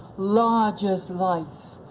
large as life.